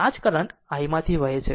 આ જ current i આમાંથી વહે છે